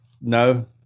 No